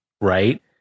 right